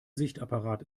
sichtapparat